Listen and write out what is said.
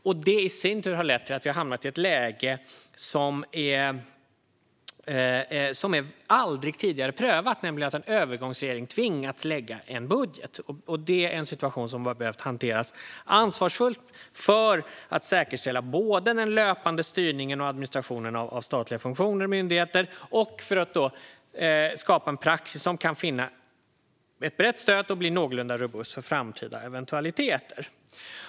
Det har i sin tur lett till att vi har hamnat i ett aldrig tidigare prövat läge, nämligen att en övergångsregering har tvingats lägga fram en budget. Det är en situation som har behövt hanteras ansvarsfullt, både för att säkerställa den löpande styrningen och administrationen av statliga funktioner och myndigheter och för att skapa en praxis som kan finna ett brett stöd och bli någorlunda robust för framtida eventualiteter.